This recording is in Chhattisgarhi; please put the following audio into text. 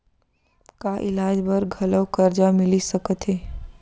का इलाज बर घलव करजा मिलिस सकत हे?